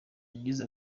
yagize